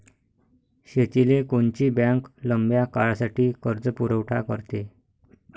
शेतीले कोनची बँक लंब्या काळासाठी कर्जपुरवठा करते?